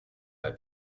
pas